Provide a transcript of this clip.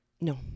No